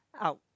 out